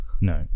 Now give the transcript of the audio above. no